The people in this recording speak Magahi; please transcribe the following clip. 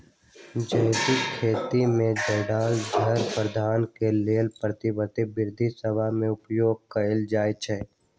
जैविक खेती में जङगल झार प्रबंधन के लेल पारंपरिक विद्ध सभ में उपयोग कएल जाइ छइ